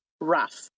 rough